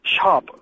shop